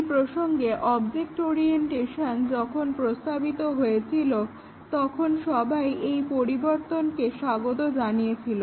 এই প্রসঙ্গে object orientation যখন প্রস্তাবিত হয়েছিল টজন সবাই এই পরিবর্তনকে স্বাগত জানিয়েছিল